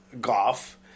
golf